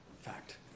fact